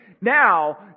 now